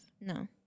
No